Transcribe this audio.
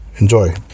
enjoy